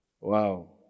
Wow